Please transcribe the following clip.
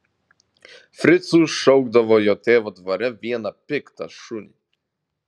fricu šaukdavo jo tėvo dvare vieną piktą šunį